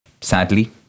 sadly